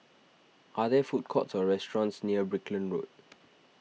are there food courts or restaurants near Brickland Road